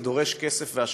זה דורש כסף והשקעה.